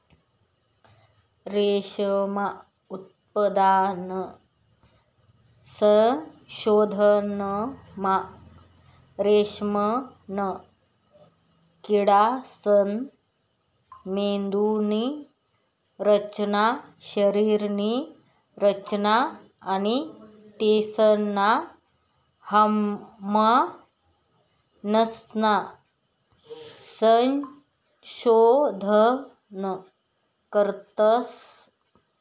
रेशीम उत्पादनना संशोधनमा रेशीमना किडासना मेंदुनी रचना, शरीरनी रचना आणि तेसना हार्मोन्सनं संशोधन करतस